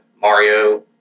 Mario